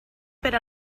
per